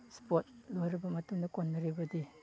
sport ꯂꯣꯏꯔꯕ ꯃꯇꯨꯡꯗ ꯀꯣꯟꯅꯔꯤꯕꯗꯤ